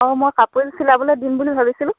অঁ মই কাপোৰ এযোৰ চিলাবলৈ দিম বুলি ভাবিছিলোঁ